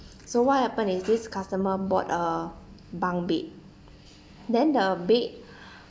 so what happen is this customer bought a bunk bed then the bed